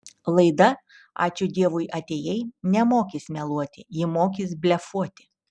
laida ačiū dievui atėjai nemokys meluoti ji mokys blefuoti